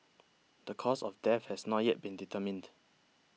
the cause of death has not yet been determined